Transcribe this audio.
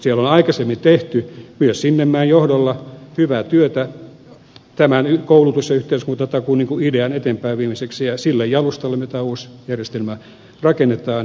siellä on aikaisemmin tehty myös sinnemäen johdolla hyvää työtä tämän koulutus ja yhteiskuntatakuun idean eteenpäinviemiseksi ja sille jalustalle me tämän uuden järjestelmän rakennamme